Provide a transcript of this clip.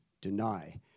deny